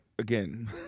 Again